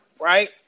right